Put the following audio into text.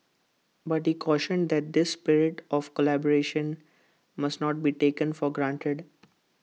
but he cautioned that this spirit of collaboration must not be taken for granted